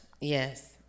Yes